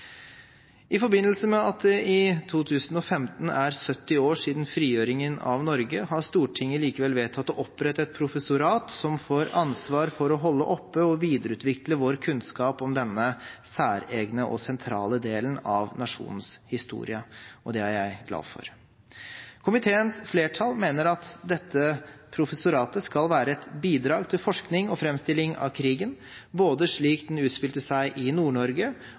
I forbindelse med at det i 2015 er 70 år siden frigjøringen av Norge, har Stortinget likevel vedtatt å opprette et professorat som får ansvar for å holde oppe og videreutvikle vår kunnskap om denne særegne og sentrale delen av nasjonens historie. Det er jeg glad for. Komiteens flertall mener at dette professoratet skal være et bidrag til forskning og framstilling av krigen slik den utspilte seg både i